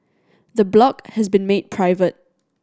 the blog has been made private